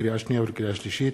לקריאה שנייה ולקריאה שלישית,